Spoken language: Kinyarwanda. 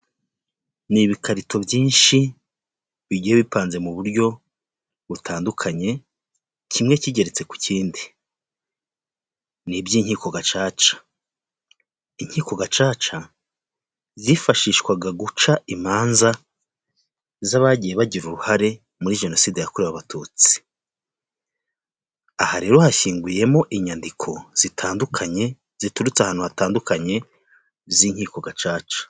Ni ibikarito byinshi bigiye bipanze mu buryo butandukanye kimwe kigeretse ku kindi niby'inkiko gacaca, inkiko gacaca zifashishwaga guca imanza z'abagiye bagira uruhare muri jenoside yakorewe abatutsi aha rero hashyinguyemo inyandiko zitandukanye ziturutse ahantu hatandukanye z'inkiko gacaca.